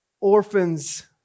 Orphans